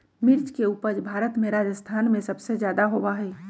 मिर्च के उपज भारत में राजस्थान में सबसे ज्यादा होबा हई